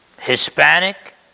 Hispanic